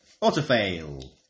Auto-fail